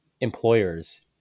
employers